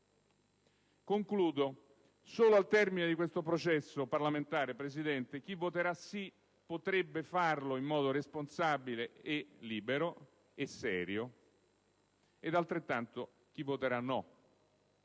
Concludendo, solo al termine di questo processo parlamentare, signor Presidente, chi voterà «sì» potrebbe farlo in modo responsabile, libero e serio, e altrettanto vale per